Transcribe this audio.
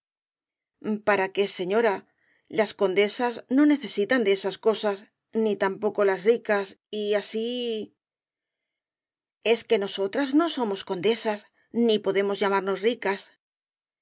para qué señora las condesas no necesitan de esas cosas ni tampoco las ricas y así es que nosotras no somos condesas ni podemos llamarnos ricas